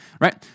Right